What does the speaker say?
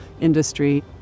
industry